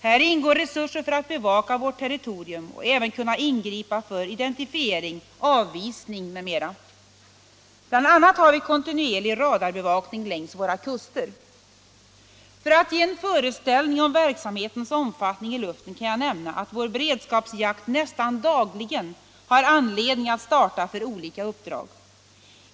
Häri ingår resurser för att vi skall kunna bevaka vårt territorium och även kunna ingripa för identifiering, avvisning m.m. Bl. a. har vi kontinuerlig radarbevakning längs våra kuster. För att ge en föreställning om verksamhetens omfattning i luften kan jag nämna att vår beredskapsjakt nästan dagligen har anledning att starta för olika uppdrag.